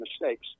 mistakes